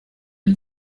ndi